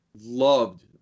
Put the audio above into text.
loved